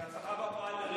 תודה רבה.